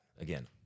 again